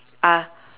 are